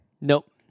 Nope